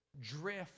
drift